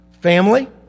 Family